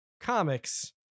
comics